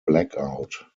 blackout